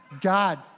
God